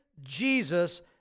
Jesus